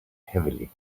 heavily